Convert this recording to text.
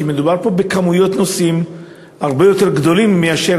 כי מדובר בהיקף נוסעים הרבה יותר גדול מאשר